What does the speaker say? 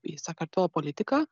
į sakartvelo politiką